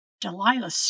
Delilah